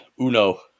Uno